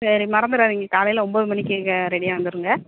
சரி மறந்துடாதீங்கள் காலையில் ஒம்பது மணிக்குங்க ரெடியாக வந்துடுங்க